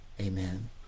amen